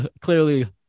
clearly